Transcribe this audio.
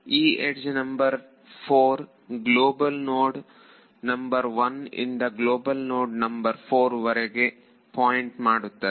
ಈ edge number 4 global node ನಂಬರ್1 ಇಂದ ಗ್ಲೋಬಲ್ ನೋಡ್ ನಂಬರ್ 4 ವರೆಗೆ ಪಾಯಿಂಟ್ ಮಾಡುತ್ತದೆ